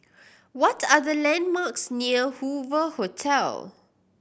what are the landmarks near Hoover Hotel